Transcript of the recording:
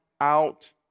out